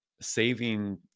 saving